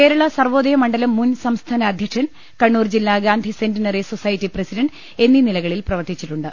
കേരള സർവ്വോദയമ ണ്ഡലം മുൻ സംസ്ഥാന അധ്യക്ഷൻ കണ്ണൂർ ജില്ലാ ഗാന്ധി സെന്റിനറി സൊസൈറ്റി പ്രസിഡന്റ് എന്നീ നിലകളിൽ പ്രവർത്തിച്ചിട്ടുണ്ട്